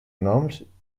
noms